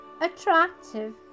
attractive